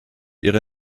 ihre